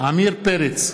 עמיר פרץ,